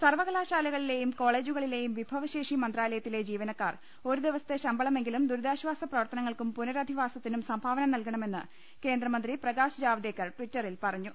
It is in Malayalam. സർവ്വകലാശാലകളിലെയും കോളജുകളിലേയും വിഭവശേഷി മന്ത്രാലയത്തിലെ ജീവനക്കാർ ഒരു ദിവസത്തെ ശമ്പളമെങ്കിലും ദൂരി താശ്വാസ പ്രവർത്തനങ്ങൾക്കും പുനഃരധിവാസത്തിനും സംഭാ വന നൽകണമെന്ന് കേന്ദ്രമന്ത്രി പ്രകാശ് ജാവ്ദേക്കർ ടിറ്ററിൽ പറ ഞ്ഞു